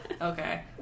Okay